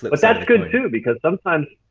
but that's good too because sometimes.